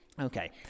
Okay